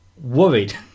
worried